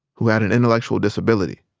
who had an intellectual disability